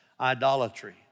idolatry